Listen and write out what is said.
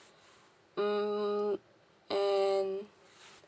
hmm and